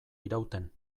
irauten